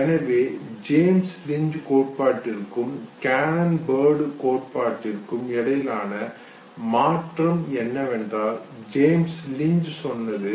எனவே James Lange கோட்பாட்டிற்கும் Cannon Bard கோட்பாட்டிற்கும் இடையிலான மாற்றம் என்னவென்றால் ஜேம்ஸ் லிஞ்ச் சொன்னது